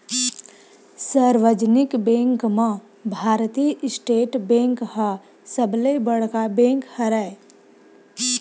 सार्वजनिक बेंक म भारतीय स्टेट बेंक ह सबले बड़का बेंक हरय